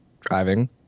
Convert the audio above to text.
Driving